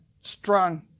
strong